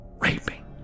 Raping